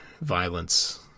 violence